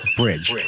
bridge